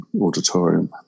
auditorium